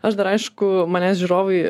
aš dar aišku manęs žiūrovai